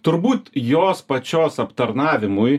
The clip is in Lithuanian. turbūt jos pačios aptarnavimui